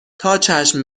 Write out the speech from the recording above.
تاچشم